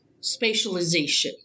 spatialization